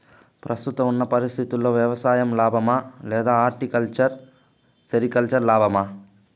ప్రస్తుతం ఉన్న పరిస్థితుల్లో వ్యవసాయం లాభమా? లేదా హార్టికల్చర్, సెరికల్చర్ లాభమా?